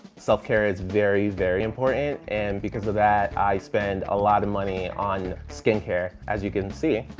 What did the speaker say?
self-care is very, very important. and because of that, i spend a lot of money on skincare. as you can see,